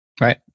Right